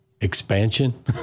expansion